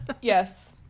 Yes